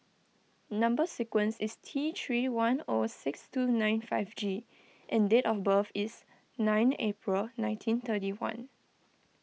Number Sequence is T three one O six two nine five G and date of birth is nine April nineteen thirty one